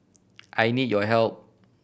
I need your help